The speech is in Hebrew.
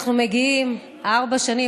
אנחנו מגיעים עוד מעט, ארבע שנים,